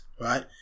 right